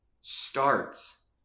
starts